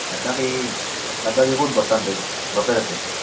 বাদ বাকী বাদ বাকী ক'ত বৰ্তমান তই বৰপেটাতে